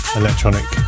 electronic